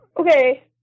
Okay